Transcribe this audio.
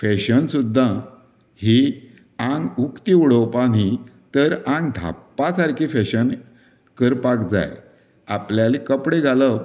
fashion सुद्दा ही आंग उक्ती उडोवपा न्ही तर आंग धापपा सारकी ही फॅशन करपाक जाय आपल्याले कपडे घालप